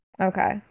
Okay